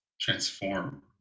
transform